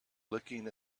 looking